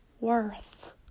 worth